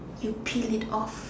you peel it off